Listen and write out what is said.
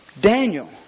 Daniel